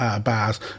bars